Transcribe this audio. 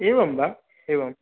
एवं वा एवं